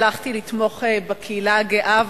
הלכתי לתמוך בקהילה הגאה,